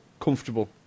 comfortable